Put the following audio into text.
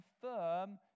confirm